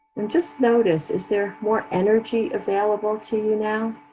and just notice is there more energy available to you now?